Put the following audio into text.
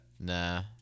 Nah